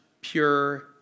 pure